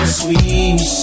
sweet